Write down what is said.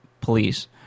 police